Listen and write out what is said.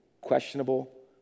questionable